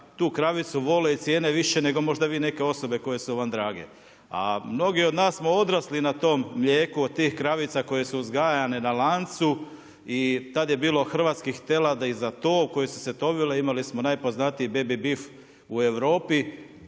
tu kravicu vole i cijene više nego možda vi neke osobe koje su vam drage. A mnogi od nas smo odrasli na tom mlijeku od tih kravica koje su uzgajane na lancu i tada je bilo hrvatskih teladi za to koje su se tovile, imali smo najpoznatiji baby beef u Europi,